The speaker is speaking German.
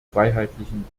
freiheitlichen